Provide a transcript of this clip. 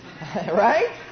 Right